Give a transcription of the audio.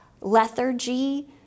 lethargy